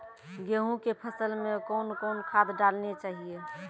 गेहूँ के फसल मे कौन कौन खाद डालने चाहिए?